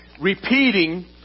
repeating